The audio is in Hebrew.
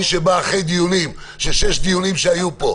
מי שבא אחרי שישה דיונים שהיו פה,